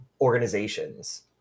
organizations